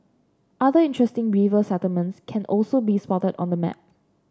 other interesting river settlements can also be spotted on the map